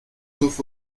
sauf